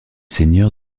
seigneurs